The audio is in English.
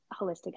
holistic